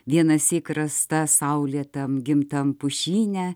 vienąsyk rasta saulėtam gimtam pušyne